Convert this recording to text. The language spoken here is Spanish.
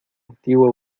antigua